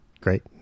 Great